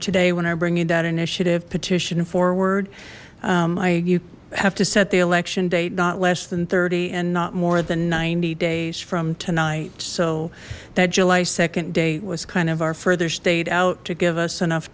today when i bring you that initiative petition forward i you have to set the election date not less than thirty and not more than ninety days from tonight so that july nd date was kind of our further state out to give us enough